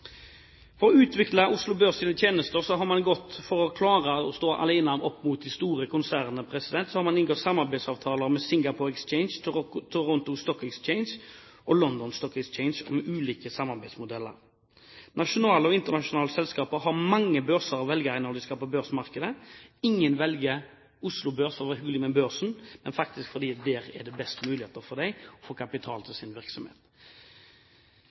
For å utvikle Oslo Børs' tjenester og for å klare å stå alene opp mot de store konsernene har man inngått samarbeidsavtaler med Singapore Exchange, Toronto Stock Exchange og London Stock Exchange om ulike samarbeidsmodeller. Nasjonale og internasjonale selskaper har mange børser å velge i når de skal på børsmarkedet. Ingen velger Oslo Børs for å være hyggelig med børsen, men faktisk fordi det der er best muligheter for dem for å få tak i kapital til sin virksomhet.